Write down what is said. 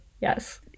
Yes